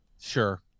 Sure